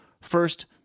First